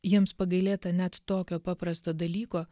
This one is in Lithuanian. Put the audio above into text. jiems pagailėta net tokio paprasto dalyko